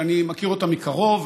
שאני מכיר אותה מקרוב,